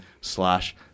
slash